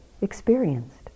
experienced